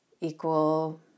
equal